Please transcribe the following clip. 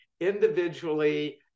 individually